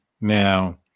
Now